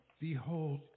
behold